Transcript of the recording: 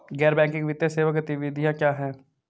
गैर बैंकिंग वित्तीय सेवा गतिविधियाँ क्या हैं?